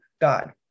God